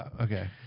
okay